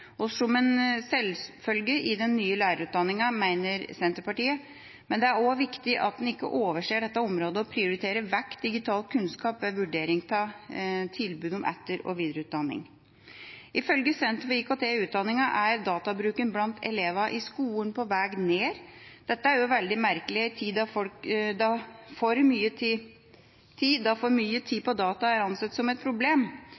som er en selvfølge i den nye lærerutdanninga, mener Senterpartiet – men det er også viktig at en ikke overser dette området og prioriterer vekk digital kunnskap ved vurdering av tilbud om etter- og videreutdanning. Ifølge Senter for IKT i utdanninga er databruken blant elever i skolen på vei ned. Dette er jo veldig merkelig i en tid da for mye bruk av tid på data er ansett som et problem.